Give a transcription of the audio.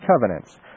covenants